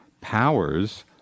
powers